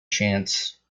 chance